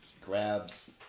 grabs